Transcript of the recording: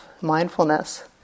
mindfulness